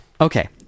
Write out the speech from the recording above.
okay